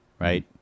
right